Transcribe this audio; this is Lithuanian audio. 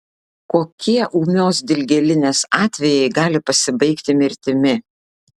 kokie ūmios dilgėlinės atvejai gali pasibaigti mirtimi